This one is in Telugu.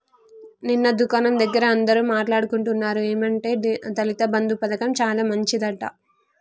నిన్న దుకాణం దగ్గర అందరూ మాట్లాడుకుంటున్నారు ఏమంటే దళిత బంధు పథకం చాలా మంచిదట